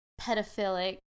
pedophilic